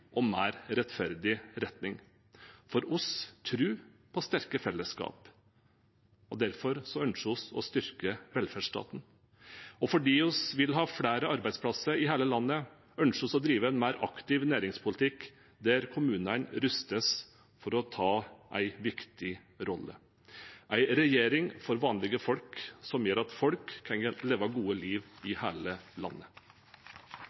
og mer rettferdig retning. Vi tror på sterke fellesskap, og derfor ønsker vi å styrke velferdsstaten. Og fordi vi vil ha flere arbeidsplasser i hele landet, ønsker vi å drive en mer aktiv næringspolitikk der kommunene rustes for å ta en viktig rolle. Vi har fått en regjering for vanlige folk, som gjør at folk kan leve et godt liv